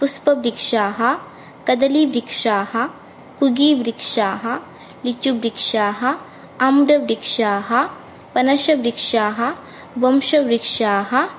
पुष्पवृक्षाः कदलीवृक्षाः पूगवृक्षाः लिचुवृक्षाः आम्रवृक्षाः पनसवृक्षाः वंशवृक्षाः